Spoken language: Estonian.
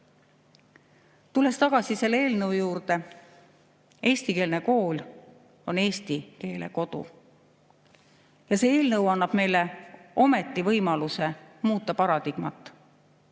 Tulles tagasi selle eelnõu juurde: eestikeelne kool on eesti keele kodu. See eelnõu annab meile ometi võimaluse muuta paradigmat.